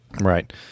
right